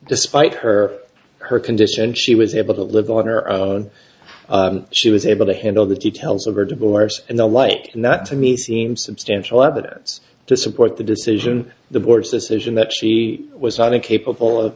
despite her her condition she was able to live on her own she was able to handle the details of her divorce and the like and that to me seems substantial evidence to support the decision the board's decision that she was on a capable of